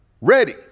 ready